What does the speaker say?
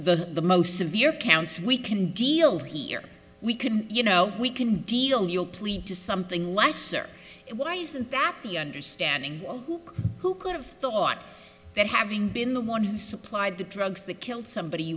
the the most severe counts we can deal here we can you know we can deal deal plead to something lesser why isn't that the understanding of who who could have thought that having been the one who supplied the drugs that killed somebody